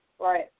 Right